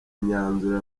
myanzuro